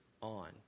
on